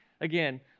Again